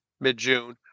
mid-June